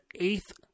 eighth